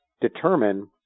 determine